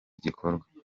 gikorwa